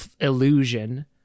illusion